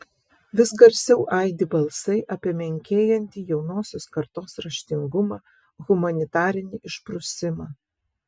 vis garsiau aidi balsai apie menkėjantį jaunosios kartos raštingumą humanitarinį išprusimą